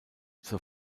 zur